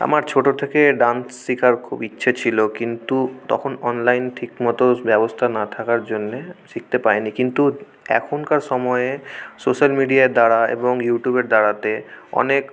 আমার ছোটো থেকে ডান্স শেখার খুব ইচ্ছে ছিল কিন্তু তখন অনলাইন ঠিকমতো ব্যবস্থা না থাকার জন্যে শিখতে পারিনি কিন্তু এখনকার সময়ে সোশ্যাল মিডিয়ার দ্বারা এবং ইউটিউবের দ্বারাতে অনেক